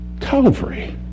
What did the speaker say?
Calvary